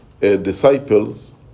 disciples